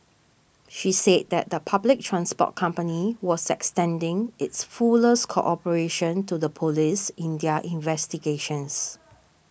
she said that the public transport company was extending its fullest cooperation to the police in their investigations